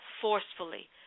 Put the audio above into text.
forcefully